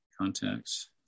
Contacts